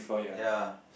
ya